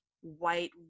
white